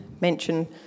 mention